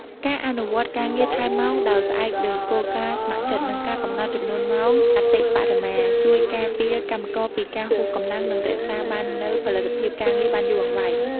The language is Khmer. ការអនុវត្តការងារថែមម៉ោងដោយផ្អែកលើគោលការណ៍ស្ម័គ្រចិត្ត និងការកំណត់ចំនួនម៉ោងអតិបរមា ជួយការពារកម្មករពីការហួសកម្លាំង និងរក្សាបាននូវផលិតភាពការងារបានយូរអង្វែង។